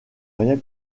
rien